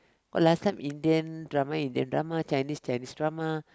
or last time Indian drama Indian drama Chinese Chinese drama